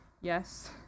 yes